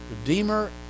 Redeemer